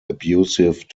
abusive